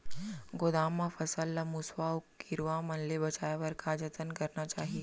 गोदाम मा फसल ला मुसवा अऊ कीरवा मन ले बचाये बर का जतन करना चाही?